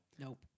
Nope